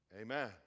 Amen